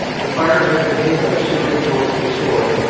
the fire had been hid by sheering towards the shore,